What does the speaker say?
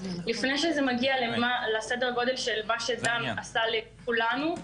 לפני שזה מגיע לסדר הגודל של מה שדן עשה לכולנו,